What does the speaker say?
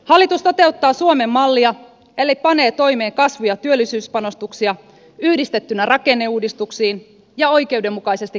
hallitus toteuttaa suomen mallia eli panee toimeen kasvu ja työllisyyspanostuksia yhdistettynä rakenneuudistuksiin ja oikeudenmukaisesti kohdennettuihin sopeuttamistoimiin